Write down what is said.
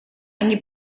они